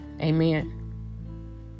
Amen